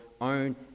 own